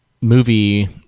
movie